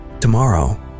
Tomorrow